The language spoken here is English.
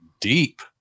deep